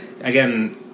again